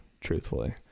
truthfully